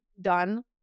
done